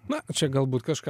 na čia galbūt kažką